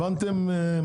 הבנתם.